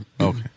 Okay